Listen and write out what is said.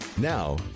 now